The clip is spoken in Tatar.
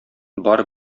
бар